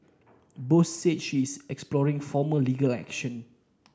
Bose said she is exploring formal legal action